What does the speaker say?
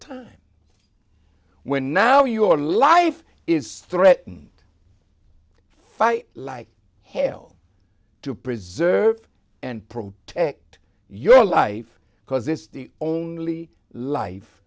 time when now your life is threatened fight like hell to preserve and protect your life because it's the only life